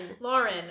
Lauren